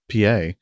PA